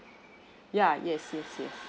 yeah yes yes yes